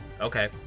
Okay